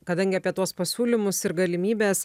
kadangi apie tuos pasiūlymus ir galimybes